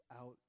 out